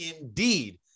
indeed